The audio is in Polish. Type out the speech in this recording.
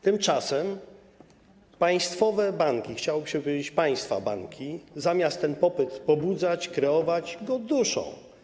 Tymczasem banki państwowe - chciałoby się powiedzieć: państwa banki - zamiast ten popyt pobudzać, kreować, go duszą.